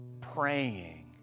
praying